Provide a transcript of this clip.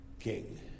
king